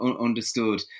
understood